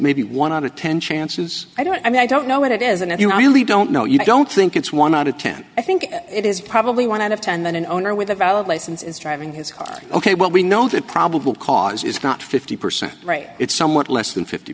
maybe one out of ten chances i don't i don't know what it is and if you really don't know you don't think it's one out of ten i think it is probably one out of ten when an owner with a valid license is driving his car ok well we know that probable cause is not fifty percent right it's somewhat less than fifty